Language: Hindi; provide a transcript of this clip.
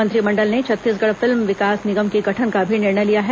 मंत्रिमंडल ने छत्तीसगढ़ फिल्म विकास निगम के गठन का भी निर्णय लिया है